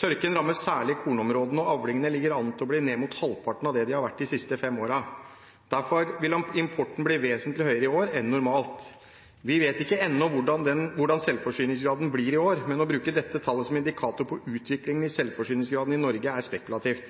Tørken rammet særlig kornområdene, og avlingene ligger an til å bli ned mot halvparten av det de har vært de siste fem årene. Derfor vil importen bli vesentlig høyere i år enn normalt. Vi vet ikke enda hvordan selvforsyningsgraden blir i år, men å bruke dette tallet som indikator på utvikling i selvforsyningsgraden i Norge er spekulativt.